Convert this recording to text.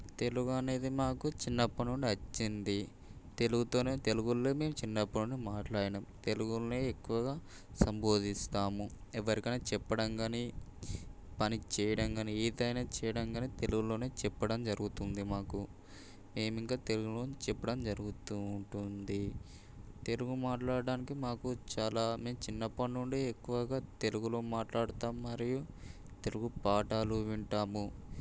తెలుగనేది మాకు చిన్నప్పటి నుండొచ్చింది తెలుగుతోనే తెలుగులో మేము చిన్నప్పుడు మాట్లాడినాం తెలుగులో ఎక్కువగా సంబోధిస్తాము ఎవరికైనా చెప్పడం కానీ పని చేయడం గానీ ఏదైనా చేయడం గానీ తెలుగులోనే చెప్పడం జరుగుతుంది మాకు ఏమింకా తెలుగులో చెప్పడం జరుగుతూ ఉంటుంది తెలుగు మాట్లాడడానికి మాకు చాలా నేను చిన్నప్పటి నుండి ఎక్కువగా తెలుగులో మాట్లాడతాం మరియు తెలుగు పాఠాలు వింటాము